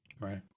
Right